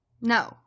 No